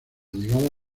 llegada